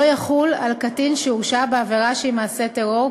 לא יחול על קטין שהורשע בעבירה שהיא מעשה טרור,